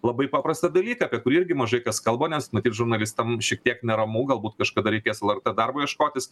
labai paprastą dalyką apie kurį irgi mažai kas kalba nes matyt žurnalistams šiek tiek neramu galbūt kažkada reikės lrt darbo ieškotis